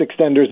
extenders